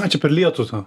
ai čia per lietų tą